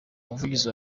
umuvugizi